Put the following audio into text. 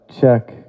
check